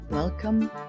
Welcome